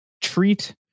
treat